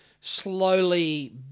slowly